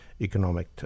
economic